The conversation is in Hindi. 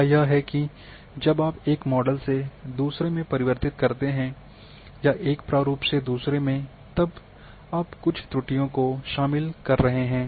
क्या यह है कि जब आप एक मॉडल से दूसरे में परिवर्तित करते हैं या एक प्रारूप से दूसरे में तब आप कुछ त्रुटियों को शामिल कर रहे हैं